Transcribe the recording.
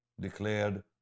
declared